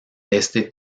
este